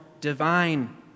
divine